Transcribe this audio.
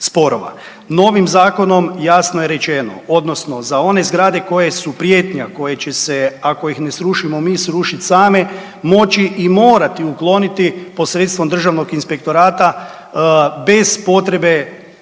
Novim zakonom jasno je rečeno odnosno za one zgrade koje su prijetnja, koje će se ako ih ne srušimo mi, srušit same, moći i morati ukloniti posredstvom državnog inspektorata bez potrebe ili